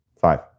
Five